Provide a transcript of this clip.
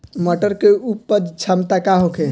मटर के उपज क्षमता का होखे?